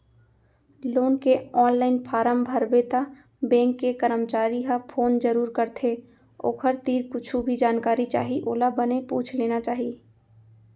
loan के online form भरबे त बेंक के करमचारी ह फोन जरूर करथे ओखर तीर कुछु भी जानकारी चाही ओला बने पूछ लेना चाही